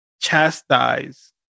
chastise